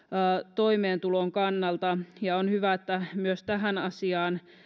toimeentulon kannalta on hyvä että myös tähän asiaan